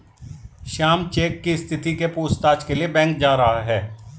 Shyam cheque की स्थिति के पूछताछ के लिए बैंक जा रहा है